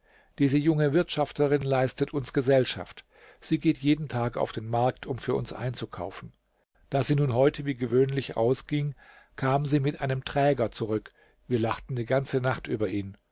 diese junge wirtschafterin leistet uns gesellschaft sie geht jeden tag auf den markt um für uns einzukaufen da sie nun heute wie gewöhnlich ausging kam sie mit einem träger zurück wir lachten die ganze nacht über ihn